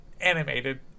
animated